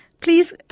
Please